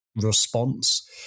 response